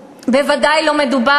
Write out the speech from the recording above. בטח לא הסכם כתוב.